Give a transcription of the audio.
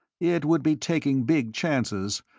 it would be taking big chances,